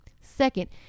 second